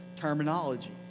terminology